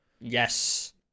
yes